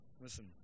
Listen